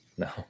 No